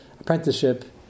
apprenticeship